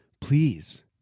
please